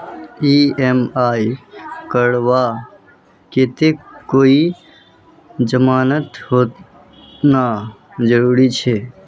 EMI करवार केते कोई जमानत होना जरूरी छे?